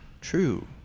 true